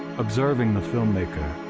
observing the filmmaker,